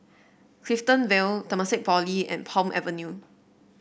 Clifton Vale Temasek Polytechnic and Palm Avenue